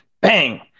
bang